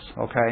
okay